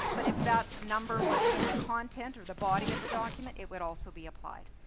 but if that number was in the content or the body of the document, it would also be applied.